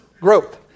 Growth